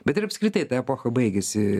bet ir apskritai ta epocha baigėsi